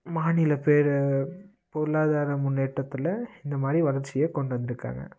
மாநில பேர் பொருளாதார முன்னேற்றத்தில் இந்த மாதிரி வளர்ச்சியை கொண்டு வந்திருக்காங்க